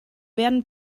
werden